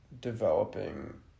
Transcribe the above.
developing